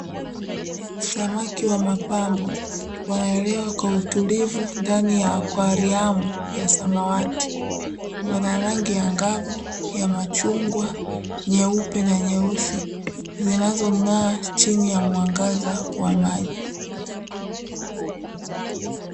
Samaki wa mapambo wanaelea kwa utulivu ndani ya akwariamu ya samawati. Wana rangi angavu ya machungwa, nyeupe na nyeusi; zinazong'aa chini ya mwangaza wa maji.